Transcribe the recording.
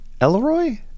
Elleroy